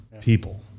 People